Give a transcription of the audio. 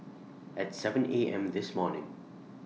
At seven A M This morning